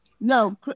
No